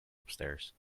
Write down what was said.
upstairs